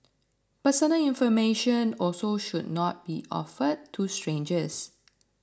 personal information also should not be offered to strangers